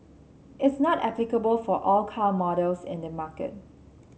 it's not applicable for all car models in the market